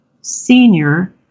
senior